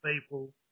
people